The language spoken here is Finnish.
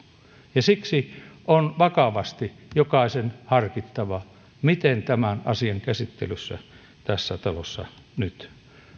ja siksi on vakavasti jokaisen harkittava miten tämän asian käsittelyssä tässä talossa nyt